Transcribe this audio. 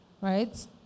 right